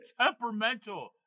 temperamental